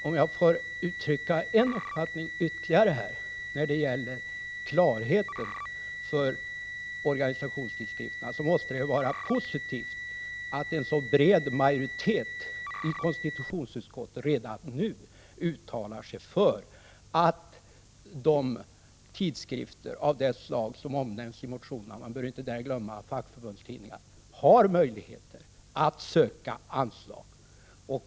Om jag får uttrycka ytterligare en uppfattning om klarheten i vad som gäller för organisationstidskrifterna, vill jag säga att det måste vara positivt att en så bred majoritet i konstitutionsutskottet redan nu uttalar sig för att tidskrifter av de slag som omnämnts i motionerna — och man bör bland dem inte glömma fackförbundstidningarna — skall ha möjligheter att söka anslag.